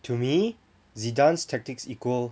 to me zidane tactics equal